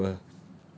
go work grab ah